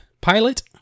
pilot